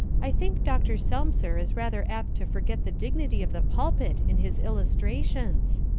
i think dr. selmser is rather apt to forget the dignity of the pulpit in his illustrations.